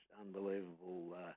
unbelievable